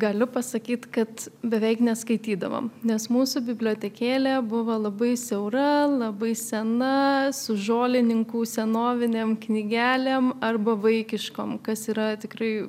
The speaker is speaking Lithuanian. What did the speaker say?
galiu pasakyt kad beveik neskaitydavau nes mūsų bibliotekėlė buvo labai siaura labai sena su žolininkų senovinėm knygelėm arba vaikiškom kas yra tikrai